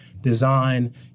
design